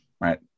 right